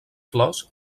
flors